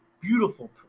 beautiful